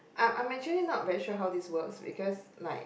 I'm I'm actually not very sure how this works because like